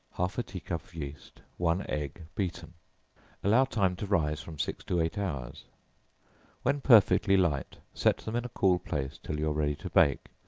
half a tea cup of yeast, one egg beaten allow time to rise from six to eight hours when perfectly light, set them in a cool place, till you are ready to bake,